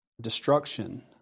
Destruction